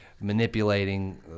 manipulating